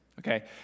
Okay